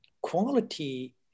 quality